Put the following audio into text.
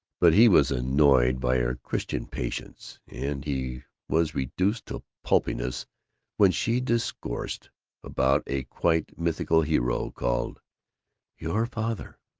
but he was annoyed by her christian patience, and he was reduced to pulpiness when she discoursed about a quite mythical hero called your father